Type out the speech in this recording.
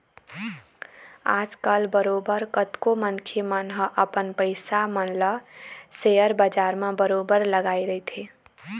आजकल बरोबर कतको मनखे मन ह अपन पइसा मन ल सेयर बजार म बरोबर लगाए रहिथे